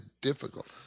difficult